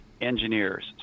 engineers